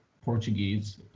Portuguese